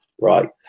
right